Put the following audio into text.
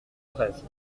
treize